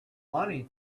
money